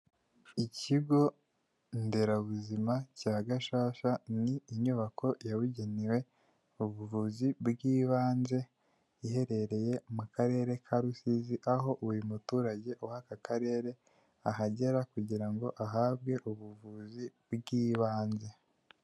Ikigonderabuzima cya Gashasha ni inyubako yabugenewe ubuvuzi bw'ibanze iherereye mu karere ka Rusizi aho uyu muturage w'aka karere ahagera kugira ngo ahabwe ubuvuzi bw'ibanze.